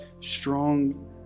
strong